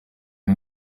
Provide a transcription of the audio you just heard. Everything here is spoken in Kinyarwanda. ari